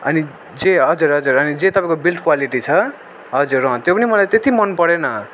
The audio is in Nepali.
अनि जे हजुर हजुर अनि जे तपाईँको बिल्ड क्वालिटी छ हजुर अँ त्यो पनि मलाई त्यति मन परेन